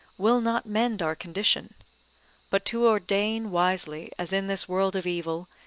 will not mend our condition but to ordain wisely as in this world of evil,